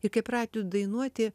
ir kai pradedu dainuoti